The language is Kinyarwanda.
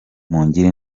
mungire